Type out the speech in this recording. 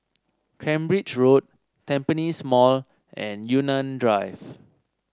Cambridge Road Tampines Mall and Yunnan Drive